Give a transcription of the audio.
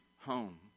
home